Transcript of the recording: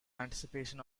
anticipation